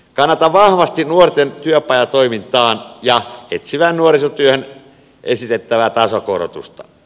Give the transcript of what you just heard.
kannatan vahvasti nuorten työpajatoimintaan ja etsivään nuorisotyöhön esitettävää tasokorotusta